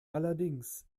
allerdings